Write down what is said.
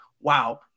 wow